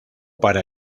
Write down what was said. para